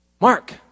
Mark